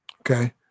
okay